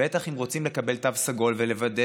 בטח אם רוצים לקבל תו סגול ולוודא